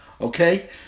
okay